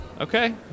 okay